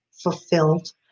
fulfilled